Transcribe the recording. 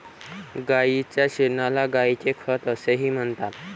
गायीच्या शेणाला गायीचे खत असेही म्हणतात